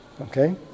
Okay